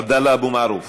עבדאללה אבו מערוף,